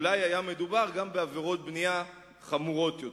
אולי היה מדובר גם בעבירות בנייה חמורות יותר.